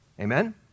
amen